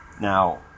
Now